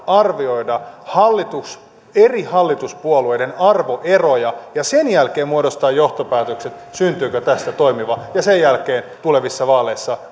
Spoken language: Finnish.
arvioida eri hallituspuolueiden arvoeroja ja sen jälkeen muodostaa johtopäätökset syntyykö tästä toimiva ja sen jälkeen tulevissa vaaleissa